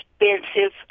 expensive